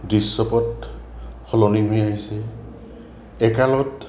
দৃশ্যপথ সলনি হৈ আহিছে একালত